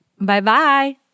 Bye-bye